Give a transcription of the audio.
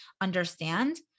understand